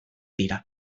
dira